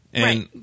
Right